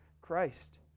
Christ